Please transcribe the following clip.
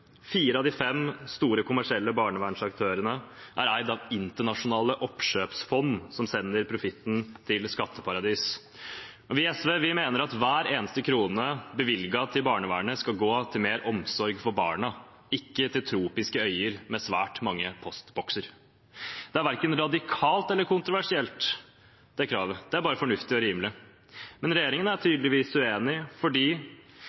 Fire av de fem store kommersielle barnevernsaktørene er eid av internasjonale oppkjøpsfond som sender profitten til skatteparadis. Vi i SV mener at hver eneste krone som er bevilget til barnevernet, skal gå til mer omsorg for barna, ikke til tropiske øyer med svært mange postbokser. Det kravet er verken radikalt eller kontroversielt. Det er bare fornuftig og rimelig. Men regjeringen er